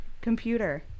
computer